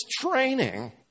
training